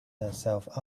herself